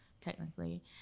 technically